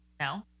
No